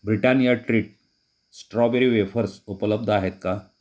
Britannia treat strawberry wafers उपलब्ध आहेत का